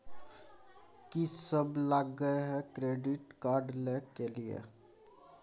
कि सब लगय हय सर क्रेडिट कार्ड लय के लिए?